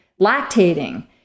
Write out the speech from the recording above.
lactating